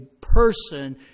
person